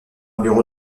bureau